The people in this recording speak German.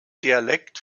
dialekt